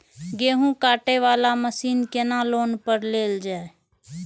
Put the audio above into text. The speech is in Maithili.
गेहूँ काटे वाला मशीन केना लोन पर लेल जाय?